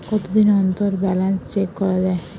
কতদিন অন্তর balance check করা য়ায়?